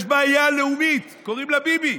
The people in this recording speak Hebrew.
יש בעיה לאומית, קוראים לה "ביבי",